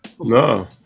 No